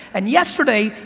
and yesterday,